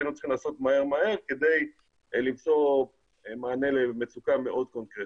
שהיינו צריכים לעשות מהר כדי למצוא מענה למצוקה מאוד קונקרטית.